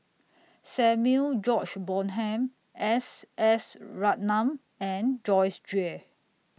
Samuel George Bonham S S Ratnam and Joyce Jue